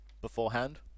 beforehand